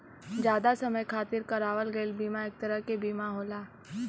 जादा समय खातिर करावल गयल बीमा एक तरह क बीमा होला